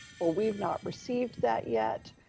well, we've not received that yet.